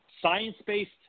science-based